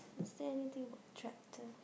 is there anything about the tractor